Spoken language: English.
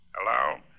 Hello